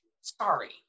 Sorry